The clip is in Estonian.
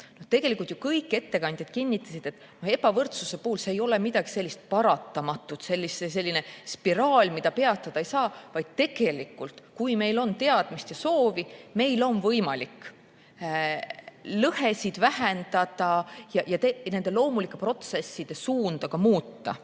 Tegelikult ju kõik ettekandjad kinnitasid, et ebavõrdsus ei ole midagi sellist paratamatut, selline spiraal, mida peatada ei saa, vaid kui meil on teadmist ja soovi, siis meil on võimalik lõhesid vähendada ja nende loomulike protsesside suunda muuta.